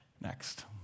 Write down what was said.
Next